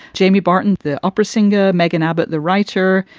jamie barton, the opera singer. megan abbott, the writer.